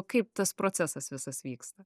kaip tas procesas viskas vyksta